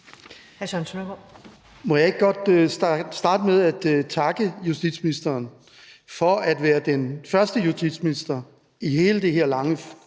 Må jeg ikke godt starte med at takke justitsministeren for at være den første justitsminister i hele det her lange